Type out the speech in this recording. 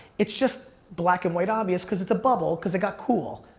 it's just black and white obvious cause it's a bubble cause it got cool,